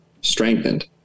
strengthened